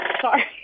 Sorry